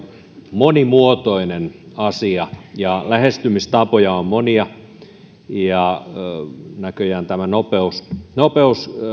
monimuotoinen asia ja lähestymistapoja on monia näköjään tämä nopeus nopeus